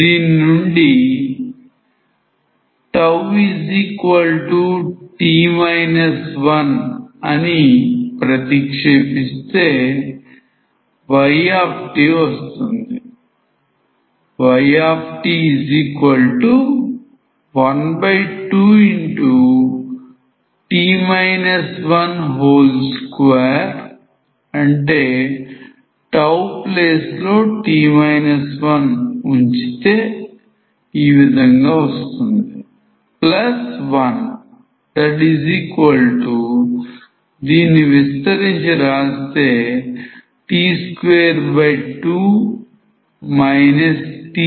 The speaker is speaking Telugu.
దీని నుండి τt 1అని ప్రతిక్షేపిస్తే y వస్తుంది yt12t 121t22 t32అవుతుంది